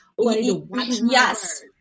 Yes